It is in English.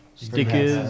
Stickers